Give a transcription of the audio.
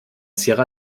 sierra